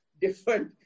different